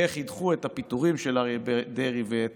באיך ידחו את הפיטורים של אריה דרעי ואת